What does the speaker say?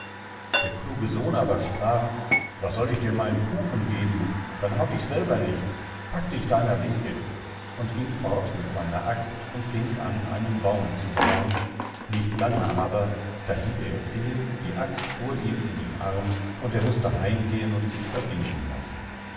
der kluge sohn aber sprach was soll ich dir meinen kuchen geben dann hab ich selber nichts pack dich deiner wege und ging fort mit seiner axt und fing an einen baum zu behauen nicht lange aber da hieb er fehl die axt fuhr ihm in den arm und er mußte heimgehen und sich verbinden lassen